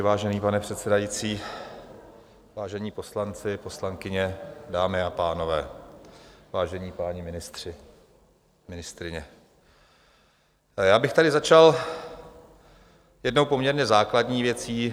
Vážený pane předsedající, vážení poslanci, poslankyně, dámy a pánové, vážení páni ministři, ministryně, začal bych tady jednou poměrně základní věcí.